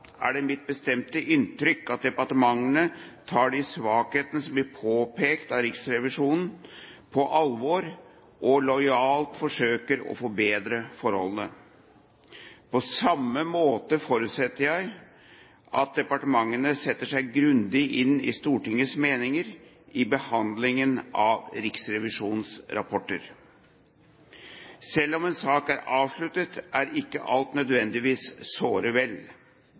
er det mitt bestemte inntrykk at departementene tar de svakhetene som blir påpekt av Riksrevisjonen, på alvor og lojalt forsøker å forbedre forholdene. På samme måte forutsetter jeg at departementene setter seg grundig inn i Stortingets meninger i behandlingen av Riksrevisjonens rapporter. Selv om en sak er avsluttet, er ikke alt nødvendigvis såre vel.